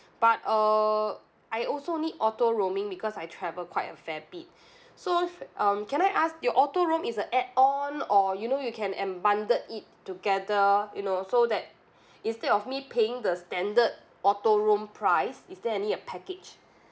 but uh I also need auto-roaming because I travel quite a fair bit so um can I ask your auto-roam is a add on or you know you can enbundled it together you know so that instead of me paying the standard auto-roam price is there any uh package